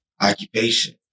occupation